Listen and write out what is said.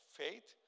faith